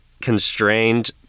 constrained